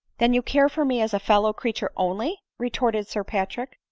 then you care for me as a fellow creature only, retorted sir patrick,